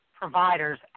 providers